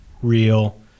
real